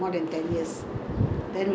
தானே:thaanae bukit timah plaza